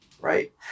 right